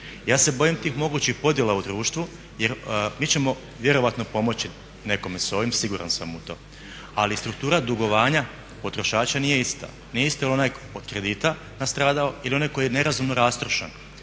Ja se bojim tih mogućih podjela u društvu jer mi ćemo vjerojatno pomoći nekome s ovim, siguran sam u to, ali struktura dugovanja potrošača nije ista. Nije isto onaj od kredita nastradao ili onaj koji je nerazumno rastrošan.